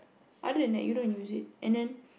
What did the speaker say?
other than that you don't use it and then